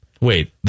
Wait